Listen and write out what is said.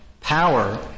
power